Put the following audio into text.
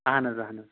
اہن حظ اہن حظ